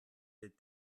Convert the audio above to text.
wir